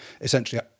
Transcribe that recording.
essentially